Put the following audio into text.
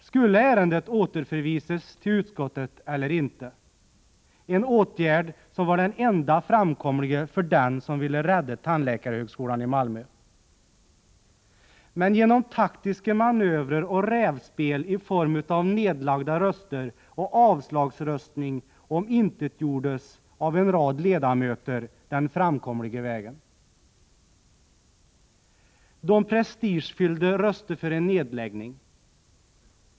Skulle ärendet återremitteras till utskottet eller inte? En återremiss var den enda framkomliga vägen för dem som ville rädda tandläkarutbildningen i Malmö. Men genom taktiska manövrer och rävspel i form av nedlagda röster och avslagsröstning omintetgjordes denna möjlighet av en rad ledamöter. De prestigefyllda röstade för en nedläggning.